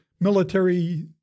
military